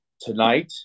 tonight